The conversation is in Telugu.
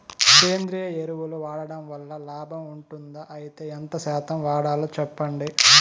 సేంద్రియ ఎరువులు వాడడం వల్ల లాభం ఉంటుందా? అయితే ఎంత శాతం వాడాలో చెప్పండి?